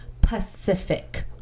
pacific